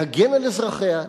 להגן על אזרחיה,